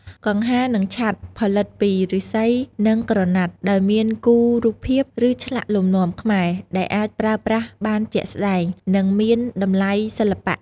កង្ហារ និងឆ័ត្រ ផលិតពីឫស្សី និងក្រណាត់ ដោយមានគូរូបភាព ឬឆ្លាក់លំនាំខ្មែរ ដែលអាចប្រើប្រាស់បានជាក់ស្តែង និងមានតម្លៃសិល្បៈ។